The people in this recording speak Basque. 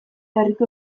herriko